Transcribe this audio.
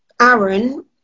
Aaron